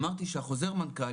אמרתי שחוזר המנכ"ל,